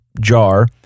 jar